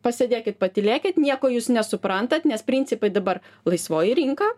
pasėdėkit patylėkit nieko jūs nesuprantat nes principai dabar laisvoji rinka